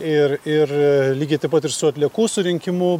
ir ir lygiai taip pat ir su atliekų surinkimu